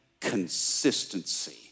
consistency